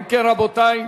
אם כן, רבותי,